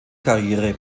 karriere